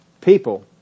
People